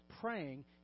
praying